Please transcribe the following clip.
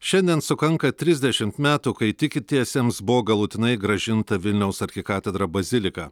šiandien sukanka trisdešimt metų kai tikintiesiems buvo galutinai grąžinta vilniaus arkikatedra bazilika